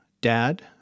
dad